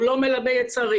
הוא לא מלבה יצרים,